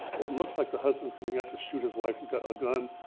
it looks like the husband is coming out to shoot his wife. he's got a gun,